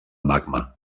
magma